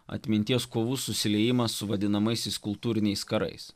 atminties kovų susiliejimas su vadinamaisiais kultūriniais karais